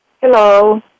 Hello